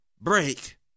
break